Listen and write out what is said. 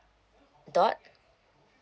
dot